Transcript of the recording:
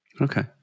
Okay